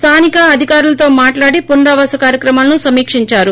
స్లానిక అధికారులతో మాట్లాడి పునరావాస కార్యక్రమాలను సమిక్షిందారు